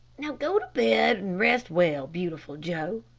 now, go to bed rest well, beautiful joe,